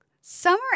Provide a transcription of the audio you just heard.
summer